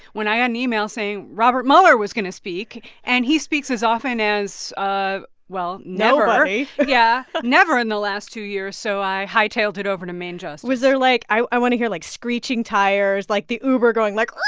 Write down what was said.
when i got an email saying robert mueller was going to speak. and he speaks as often as, ah well, never nobody yeah. never in the last two years, so i hightailed it over to main justice was there like i i want to hear like screeching tires like the uber going like. yeah